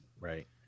Right